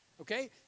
okay